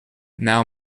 now